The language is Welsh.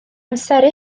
amseru